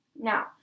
Now